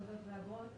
תעודות ואגרות),